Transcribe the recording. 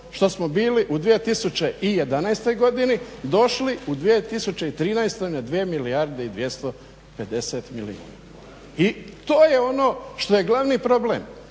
što smo bili u 2011. godini došli u 2013. na 2 milijarde i 250 milijuna. I to je ono što je glavni problem.